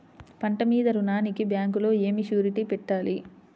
పంట మీద రుణానికి బ్యాంకులో ఏమి షూరిటీ పెట్టాలి?